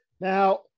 Now